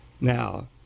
Now